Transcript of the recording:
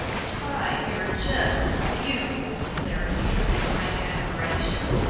sprite, you're just beautiful, declared peter in frank admiration.